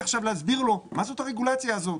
עכשיו להסביר לו מה זאת הרגולציה הזאת,